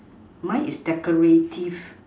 mine is decorative